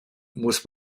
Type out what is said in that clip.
muss